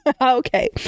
okay